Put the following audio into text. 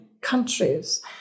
countries